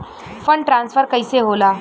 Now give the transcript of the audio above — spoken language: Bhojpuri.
फण्ड ट्रांसफर कैसे होला?